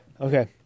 Okay